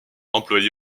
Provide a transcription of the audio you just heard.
employé